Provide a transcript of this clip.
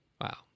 Wow